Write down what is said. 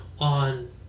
on